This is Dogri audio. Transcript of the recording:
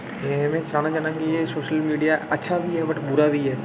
तुसेंगी मैं सनाना चाहन्नां कि एह् सोशल मीडिया अच्छा बी ऐ बट्ट बुरा बी ऐ